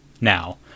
now